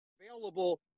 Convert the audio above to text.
available